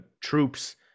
troops